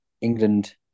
England